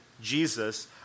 Jesus